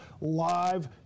live